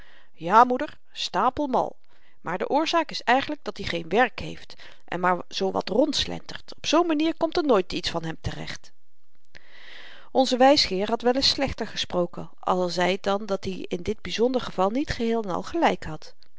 ja moeder stapelmal maar de oorzaak is eigenlyk dat-i geen werk heeft en maar zoowat rondslentert op zoo'n manier komt er nooit iets van hem te-recht onze wysgeer had wel ns slechter gesproken al zy het dan dat-i in dit byzonder geval niet geheel-en-al gelyk had